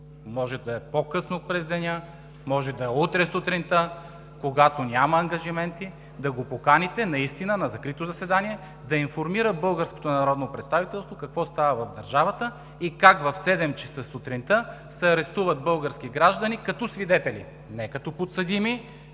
може да е по-късно през деня, може да е утре сутринта, когато няма ангажименти, да го поканите и наистина на закрито заседание да информира българското народно представителство какво става в държавата и как в 7,00 ч. сутринта се арестуват български граждани като свидетели – не като подсъдими,